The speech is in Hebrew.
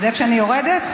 זה כשאני יורדת?